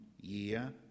Year